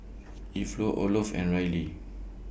Olof and Rylie